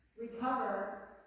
recover